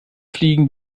fliegen